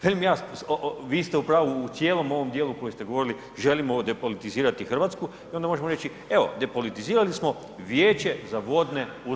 Velim ja, vi ste u pravu u cijelom ovom dijelu koji ste govoriti želimo depolitizirati Hrvatsku i onda možemo reći – evo, depolitizirali smo Vijeće za vodne usluge.